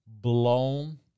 blown